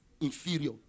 Inferior